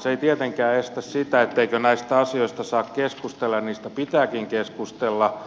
se ei tietenkään estä sitä etteikö näistä asioista saa keskustella ja niistä pitääkin keskustella